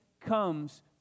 comes